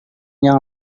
yang